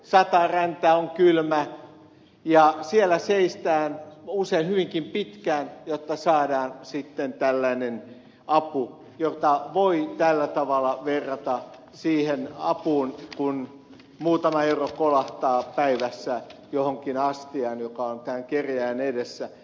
sataa räntää on kylmä ja siellä seistään usein hyvinkin pitkään jotta saadaan sitten tällainen apu jota voi verrata siihen apuun kun muutama euro kolahtaa päivässä johonkin astiaan joka on tämän kerjääjän edessä